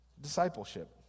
Discipleship